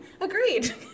Agreed